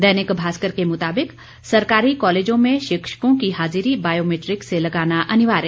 दैनिक भास्कर के मुताबिक सरकारी कॉलेजों में शिक्षकों की हाजिरी बायोमीट्रिक से लगाना अनिवार्य